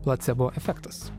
placebo efektas